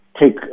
take